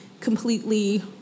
completely